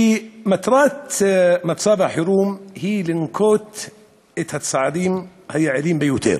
כי מטרת מצב החירום היא לנקוט את הצעדים היעילים ביותר,